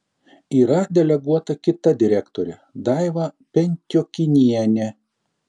yra deleguota kita direktorė daiva pentiokinienė